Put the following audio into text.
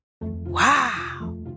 Wow